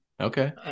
Okay